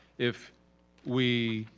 if we,